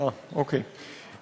אוקיי.